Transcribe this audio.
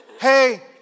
hey